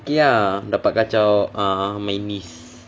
okay ah dapat kacau ah my niece